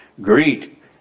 Greet